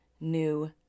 new